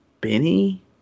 Benny